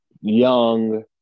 Young